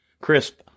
crisp